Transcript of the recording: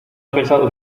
pensaba